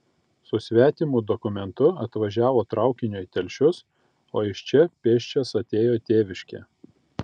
su svetimu dokumentu atvažiavo traukiniu į telšius o iš čia pėsčias atėjo į tėviškę